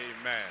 Amen